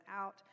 out